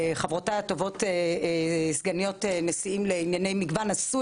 חברותיי הטובות סגניות הנישאים לענייני מגוון עשו